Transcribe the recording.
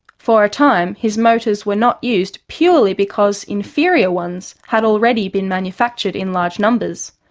for a time his motors were not used, purely because inferior ones had already been manufactured in large numbers.